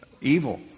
Evil